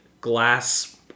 glass